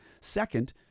Second